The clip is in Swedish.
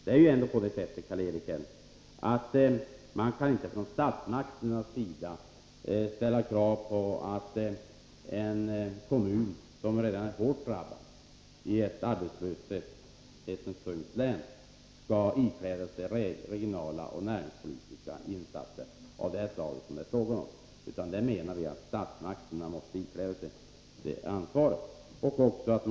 Det är ändå så, Karl-Erik Häll, att statsmakterna inte kan ställa krav på att en kommun i ett av arbetslöshet så hårt drabbat län skall ikläda sig ansvaret för regionala och näringspolitiska insatser av det slag som det här är fråga om. Vi menar att statsmakterna måste ikläda sig det ansvaret.